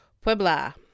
Puebla